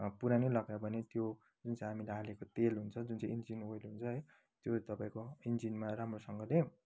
पुरानै लगायो भने त्यो जुन चाहिँ हामीले हालेको तेल हुन्छ त्यो इन्जिन ओयल हुन्छ जुन चाहिँ तपाईँको इन्जिनमा राम्रोसँगले